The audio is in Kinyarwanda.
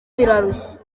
birarushya